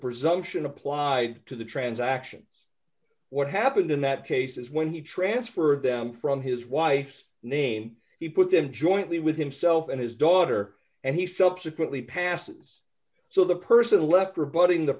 presumption applies to the transactions what happened in that case is when he transferred them from his wife's name he put them jointly with himself and his daughter and he subsequently passes so the person left rebutting the